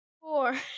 Four